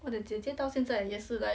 我的姐姐到现在也是 like